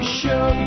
show